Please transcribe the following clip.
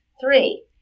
Three